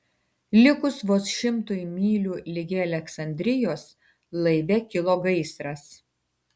likus vos šimtui mylių ligi aleksandrijos laive kilo gaisras